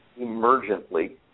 emergently